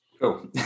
cool